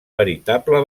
veritable